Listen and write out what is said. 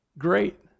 Great